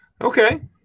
Okay